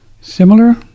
similar